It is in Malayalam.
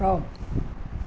റോം